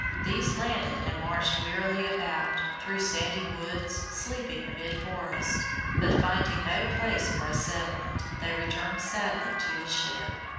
these landed and marched wearily about, through sandy woods, sleeping amid forests but, finding no place for a settlement, they returned sadly to the ship.